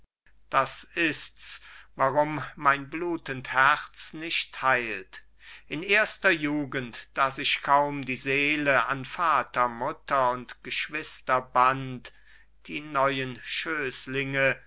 das ist's warum mein blutend herz nicht heilt in erster jugend da sich kaum die seele an vater mutter und geschwister band die neuen